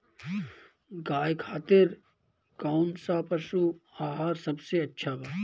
गाय खातिर कउन सा पशु आहार सबसे अच्छा बा?